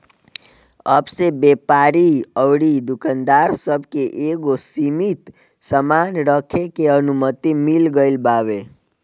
अब से व्यापारी अउरी दुकानदार सब के एगो सीमित सामान रखे के अनुमति मिल गईल बावे